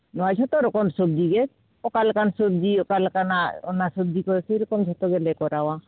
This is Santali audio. ᱡᱷᱚᱛᱚ ᱨᱚᱠᱚᱢ ᱥᱚᱵᱽᱡᱤ ᱜᱮ ᱚᱠᱟ ᱞᱮᱠᱟᱱ ᱥᱚᱵᱽᱡᱤ ᱚᱠᱟ ᱞᱮᱠᱟᱱᱟᱜ ᱚᱱᱟ ᱥᱚᱵᱽᱡᱤ ᱠᱚ ᱥᱮᱭ ᱨᱚᱠᱚᱢ ᱡᱷᱚᱛᱚ ᱜᱮᱞᱮ ᱠᱚᱨᱟᱣᱟ